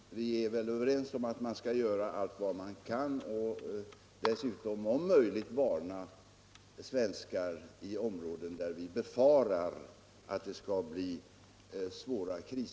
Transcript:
Herr talman! Vi kan väl vara överens om att man skall göra allt man kan för att evakuera svenskar och dessutom om möjligt varna dem som befinner sig i områden där vi befarar att svåra kriser skall uppstå.